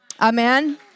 Amen